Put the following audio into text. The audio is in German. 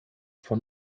von